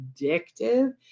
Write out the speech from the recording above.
addictive